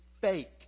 fake